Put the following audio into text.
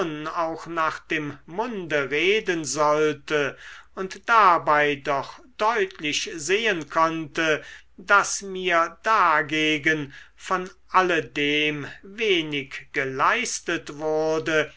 auch nach dem munde reden sollte und dabei doch deutlich sehen konnte daß mir dagegen von alledem wenig geleistet wurde